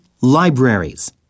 libraries